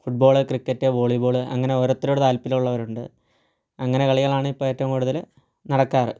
football cricket volleyball അങ്ങനെ ഓരോരുത്തരോട് താൽപര്യമുള്ളവരുണ്ട് അങ്ങനെ കളികളാണ് ഇപ്പോൾ ഏറ്റവും കൂടുതൽ നടക്കാറ്